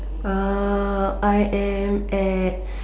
I am at